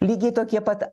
lygiai tokie pat